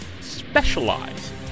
specialize